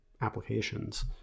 applications